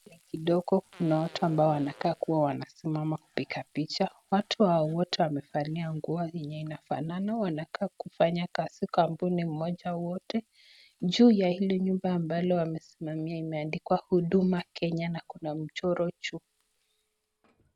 Kidogo kuna watu ambao wanakaa kuwa wanasimama kupiga picha, watu hawa wote wamevalia nguo yenye inafanana, wanakaa kufanya kazi kampuni moja wote. Juu ya hili nyumba ambalo wamesimamia imeandikwa huduma Kenya na kuna mchoro juu.